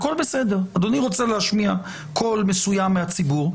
אדוני רוצה להשמיע קול מסוים מהציבור,